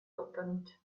opened